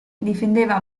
difendeva